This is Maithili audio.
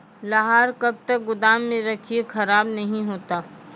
लहार कब तक गुदाम मे रखिए खराब नहीं होता?